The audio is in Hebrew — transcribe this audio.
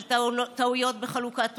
על טעויות בחלוקת תרופות,